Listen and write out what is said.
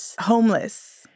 homeless